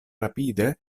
rapide